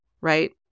right